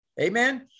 Amen